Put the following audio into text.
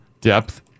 depth